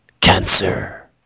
cancer